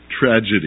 Tragedy